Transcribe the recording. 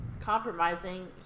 compromising